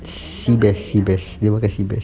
s~ sea bass sea bass dia makan sea bass